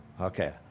Okay